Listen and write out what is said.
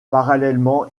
parallèlement